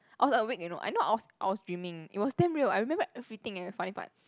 I was awake you know and not I was I was dreaming it was damn real I remember everything eh funny part